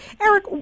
Eric